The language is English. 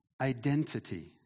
identity